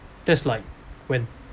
that's like when